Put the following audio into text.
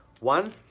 One